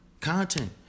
Content